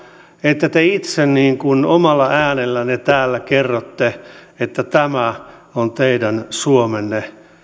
että te itse niin kuin omalla äänellänne täällä kerrotte että tämä on teidän suomenne